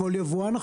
כל יבואן,